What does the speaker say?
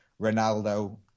Ronaldo